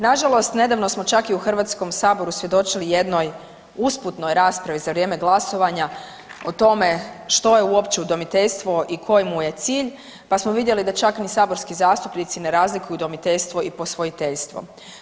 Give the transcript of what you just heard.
Nažalost nedavno smo čak i u HS-u svjedočili jednoj usputnoj raspravi za vrijeme glasovanja o tome što je uopće udomiteljstvo i koji mu je cilj pa smo vidjeli da čak ni saborski zastupnici ne razlikuju udomiteljstvo i posvojiteljstvo.